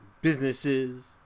businesses